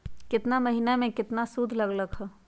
केतना महीना में कितना शुध लग लक ह?